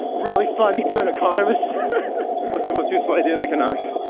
really funny to an economist what's the most useful idea in economics?